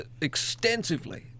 extensively